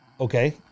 Okay